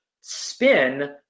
spin